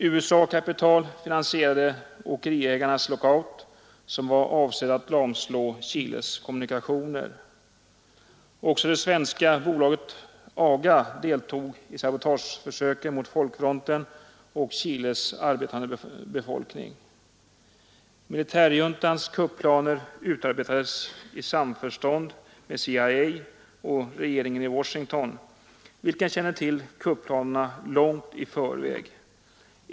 USA-kapital finansierade åkeriägarnas lockout, som var avsedd att lamslå Chiles kommunikationer. Också det svenska bolaget AGA deltog i sabotageförsöken mot folkfronten och Chiles arbetande befolkning. Militärjuntans kupplaner utarbetades i samförstånd med CIA och regeringen i Washington, vilken kände till kupplanerna långt i förväg.